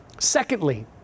Secondly